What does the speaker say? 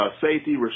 Safety